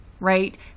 Right